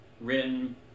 written